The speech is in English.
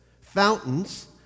fountains